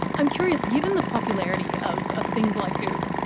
i'm curious, given the popularity of of things like goop,